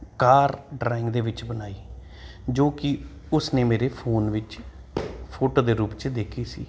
ਕਾਰ drawing ਦੇ ਵਿੱਚ ਬਣਾਈ ਜੋ ਕਿ ਉਸਨੇ ਮੇਰੇ ਫੋਨ ਵਿੱਚ ਫੋਟੋ ਦੇ ਰੂਪ 'ਚ ਦੇਖੀ ਸੀ